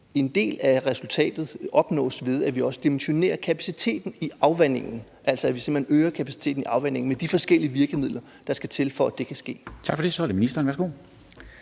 en del af resultatet opnås ved, at vi også dimensionerer kapaciteten i afvandingen, altså at vi simpelt hen øger kapaciteten i afvandingen med de forskellige virkemidler, der skal til, for at det kan ske? Kl. 13:13 Formanden (Henrik